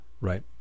Right